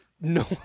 No